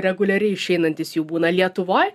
reguliariai išeinantis jų būna lietuvoj